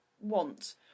want